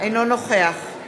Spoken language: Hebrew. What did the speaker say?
בעד חברי הכנסת, יש מישהו